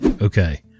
Okay